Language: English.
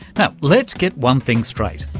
but let's get one thing straight.